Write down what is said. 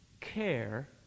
care